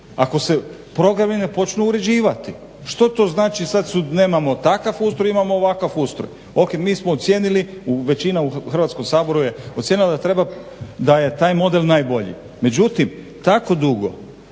ako se programi ne počnu uređivati, što to znači, sad nemamo takav ustroj, imamo ovakav ustroj. Mi smo ocijenili većina u Hrvatskom saboru je ocijenila da treba da je taj model najbolji. Međutim tako dugo